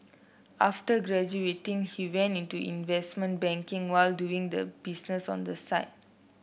after graduating he went into investment banking while doing the business on the side